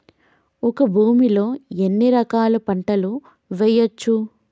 ఒక భూమి లో ఎన్ని రకాల పంటలు వేయచ్చు?